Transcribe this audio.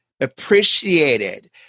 appreciated